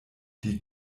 die